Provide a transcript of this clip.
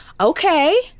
okay